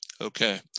Okay